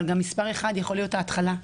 אבל זה גם יכול להיות ההתחלה,